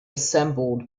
assembled